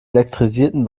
elektrisierten